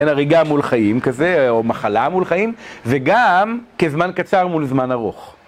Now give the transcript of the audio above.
הריגה מול חיים כזה, או מחלה מול חיים, וגם כזמן קצר מול זמן ארוך.